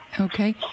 Okay